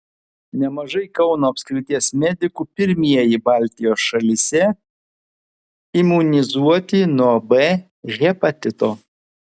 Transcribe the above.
nemažai kauno apskrities medikų pirmieji baltijos šalyse imunizuoti nuo b hepatito